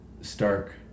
stark